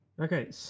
okay